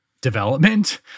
development